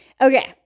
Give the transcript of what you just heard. Okay